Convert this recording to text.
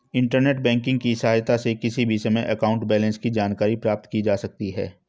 internet banking की सहायता से किसी भी समय अकाउंट बैलेंस की जानकारी प्राप्त की जा सकती है